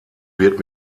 wird